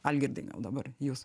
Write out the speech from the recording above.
algirdai gal dabar jūs